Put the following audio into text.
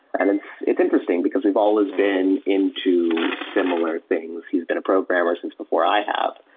and it's it's interesting, because we've always been into similar things. he's been a programmer since before i have.